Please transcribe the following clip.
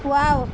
wow